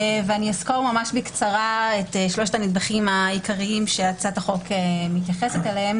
אסקור ממש בקצרה את שלושת הנדבכים העיקריים שהצעת החוק מתייחסת אליהם,